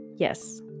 Yes